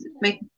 make